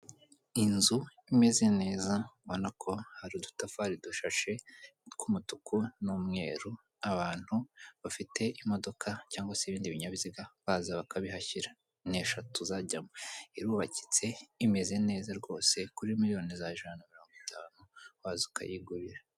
Inzu imeze neza ubona ko hari udutafari dushashi tw'umutuku n'umweru, abantu bafite imodoka cyangwa se ibindi binyabiziga baza bakabihashyira ni eshatu zajyamo, irubakitse imeze neza rwose kuri miliyoni zawe ijana na mirongo itanu waza ukayigurira.